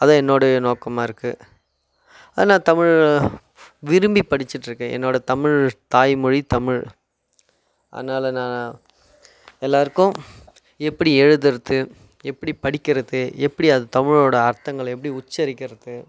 அதுதான் என்னோடைய நோக்கமாக இருக்குது அதை நான் தமிழ் விரும்பி படிச்சுட்டுருக்கேன் என்னோடயத் தமிழ் தாய் மொழி தமிழ் அதனாலே நான் எல்லோருக்கும் எப்படி எழுதுவது எப்படி படிக்கிறது எப்படி அது தமிழோடய அர்த்தங்களை எப்படி உச்சரிக்கிறது